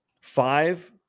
Five